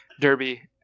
Derby